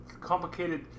Complicated